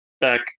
back